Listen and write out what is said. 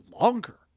longer